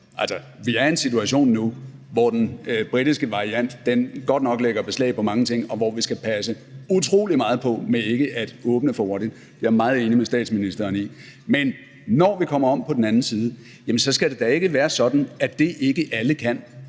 Vi er i en situation nu, hvor den britiske variant godt nok lægger beslag på meget, og hvor vi skal passe utrolig meget på med ikke at åbne for hurtigt – det er jeg meget enig med fru Mette Frederiksen i – men når vi kommer om på den anden side, skal det da ikke være sådan, at det, alle ikke kan,